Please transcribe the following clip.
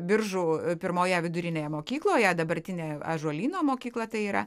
biržų pirmoje vidurinėje mokykloje dabartinė ąžuolyno mokykla tai yra